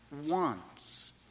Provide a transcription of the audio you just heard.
wants